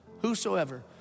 whosoever